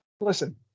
Listen